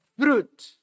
fruit